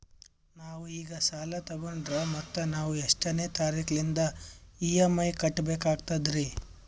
ನಾವು ಈಗ ಸಾಲ ತೊಗೊಂಡ್ರ ಮತ್ತ ನಾವು ಎಷ್ಟನೆ ತಾರೀಖಿಲಿಂದ ಇ.ಎಂ.ಐ ಕಟ್ಬಕಾಗ್ತದ್ರೀ?